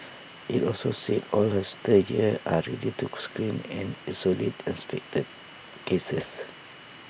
IT also said all her stage here are ready to screen and isolate suspected cases